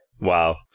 Wow